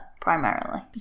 primarily